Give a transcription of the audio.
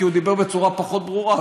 כי הוא דיבר בצורה פחות ברורה,